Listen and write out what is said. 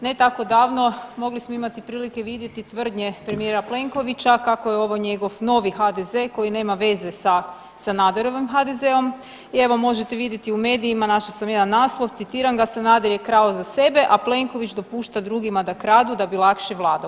Ne tako davno mogli smo imati prilike vidjeti tvrdnje premijera Plenkovića kako je ovo njegov novi HDZ koji nema veze za Sanaderovim HDZ-ovim i evo možete vidjeti u medijima našla sam jedan naslov, citiram ga „Sanader je krao za sebe, a Plenković dopušta drugima da kradu da bi lakše vladao“